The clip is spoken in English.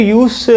use